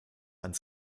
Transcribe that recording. ans